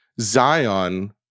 Zion